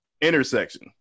intersection